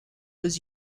was